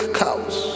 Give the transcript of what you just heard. cows